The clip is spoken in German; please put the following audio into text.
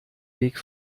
weg